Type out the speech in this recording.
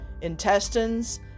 intestines